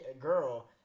girl